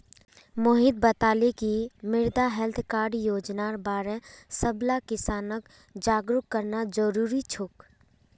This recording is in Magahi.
मोहित बताले कि मृदा हैल्थ कार्ड योजनार बार सबला किसानक जागरूक करना जरूरी छोक